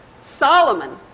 Solomon